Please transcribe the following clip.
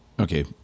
Okay